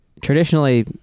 Traditionally